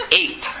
eight